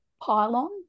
pylon